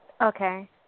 Okay